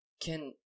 Can-